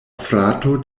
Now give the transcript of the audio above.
frato